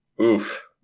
Oof